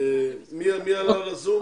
בעיה לשמוע אותם.